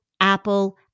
Apple